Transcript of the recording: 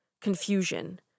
confusion